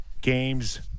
games